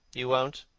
you won't?